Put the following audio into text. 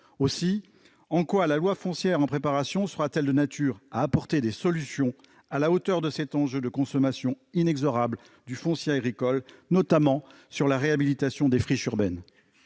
Aussi, en quoi la loi foncière en préparation sera-t-elle de nature à apporter des solutions à la hauteur de cette consommation inexorable du foncier agricole, notamment en matière de réhabilitation des friches urbaines ?